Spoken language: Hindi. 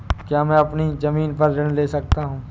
क्या मैं अपनी ज़मीन पर ऋण ले सकता हूँ?